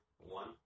one